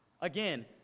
Again